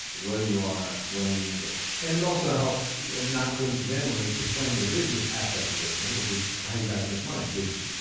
where you are, when you need it and it also helps, not coincidentally, to play into the business aspect of this thing, which is how you guys make money. because,